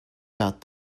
about